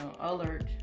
alert